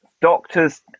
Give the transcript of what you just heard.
doctors